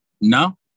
No